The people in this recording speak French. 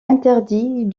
interdit